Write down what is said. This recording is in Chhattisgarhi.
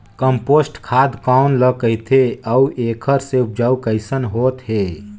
कम्पोस्ट खाद कौन ल कहिथे अउ एखर से उपजाऊ कैसन होत हे?